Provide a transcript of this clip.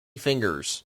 fingers